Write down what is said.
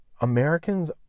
Americans